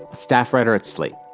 staff writer at slate.